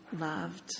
loved